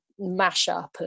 mashup